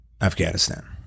Afghanistan